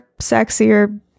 sexier